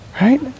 Right